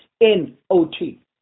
N-O-T